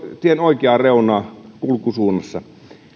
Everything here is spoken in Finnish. tien oikeaa reunaa kulkusuunnassa